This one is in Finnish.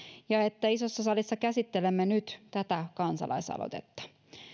ja että isossa salissa käsittelemme nyt tätä kansalaisaloitetta